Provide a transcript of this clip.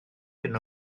hyn